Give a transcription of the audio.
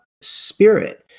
spirit